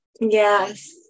Yes